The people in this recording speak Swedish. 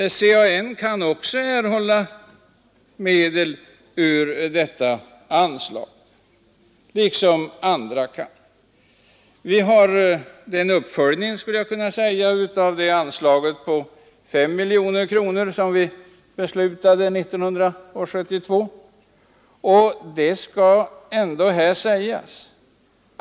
CAN kan, liksom andra, erhålla medel ur detta anslag. Vi har denna uppföljning, skulle jag kunna säga, av anslaget på 5 miljoner kronor som vi beslutade 1972.